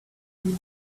still